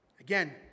Again